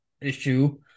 issue